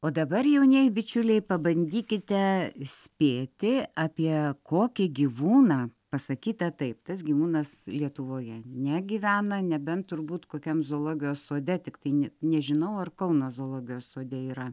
o dabar jaunieji bičiuliai pabandykite spėti apie kokį gyvūną pasakyta taip tas gyvūnas lietuvoje negyvena nebent turbūt kokiam zoologijos sode tiktai ne nežinau ar kauno zoologijos sode yra